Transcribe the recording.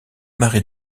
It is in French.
marie